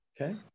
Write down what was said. Okay